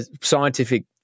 scientific